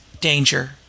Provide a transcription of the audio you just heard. Danger